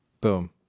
boom